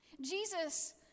Jesus